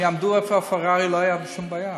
אם הם יעמדו איפה שהפרארי, לא תהיה שום בעיה.